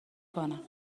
کنم